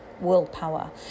willpower